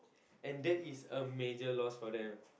and that is a major loss for them